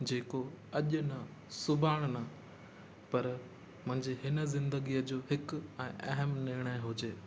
जेको अॼु न सुभाणे न पर मुंहिंजी हिन ज़िंदगीअ जो हिकु ऐं अहम निर्णय हुजे